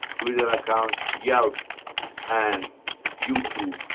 twitter account, yelp and youtube.